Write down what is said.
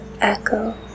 echo